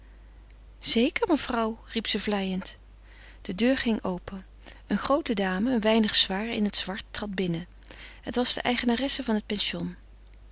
zeker mevrouw riep ze vleiend de deur ging open een groote dame een weinig zwaar in het zwart trad binnen het was de eigenaresse van het pension